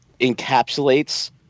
encapsulates